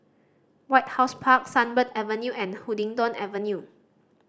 White House Park Sunbird Avenue and Huddington Avenue